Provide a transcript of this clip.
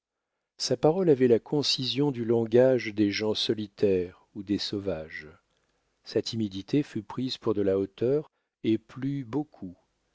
sa parole avait la concision du langage des gens solitaires ou des sauvages sa timidité fut prise pour de la hauteur et plut beaucoup